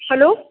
hello